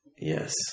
Yes